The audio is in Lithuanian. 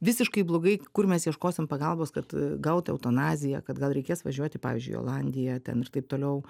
visiškai blogai kur mes ieškosim pagalbos kad gauti eutanaziją kad gal reikės važiuoti pavyzdžiui į olandiją ten ir taip toliau